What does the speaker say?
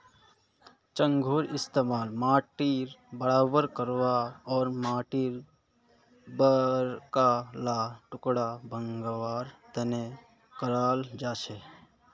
चंघूर इस्तमाल माटीक बराबर करवा आर माटीर बड़का ला टुकड़ा भंगवार तने कराल जाछेक